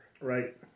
Right